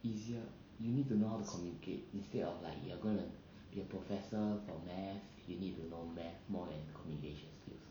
easier you need to know how to communicate instead of like you are gonna be a professor from math you need to know math more than communication skills